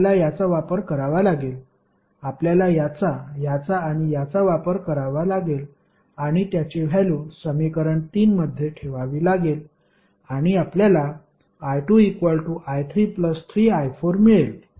आपल्याला याचा वापर करावा लागेल आपल्याला याचा याचा आणि याचा वापर करावा लागेल आणि त्याची व्हॅल्यु समीकरण 3 मध्ये ठेवावी लागेल आणि आपल्याला i2i33i4 मिळेल